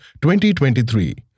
2023